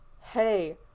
Hey